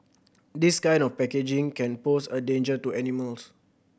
this kind of packaging can pose a danger to animals